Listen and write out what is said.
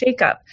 shakeup